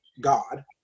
God